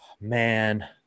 Man